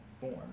form